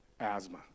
asthma